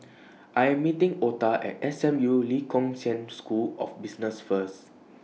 I Am meeting Ota At S M U Lee Kong Chian School of Business First